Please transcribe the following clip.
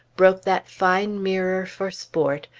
broke that fine mirror for sport,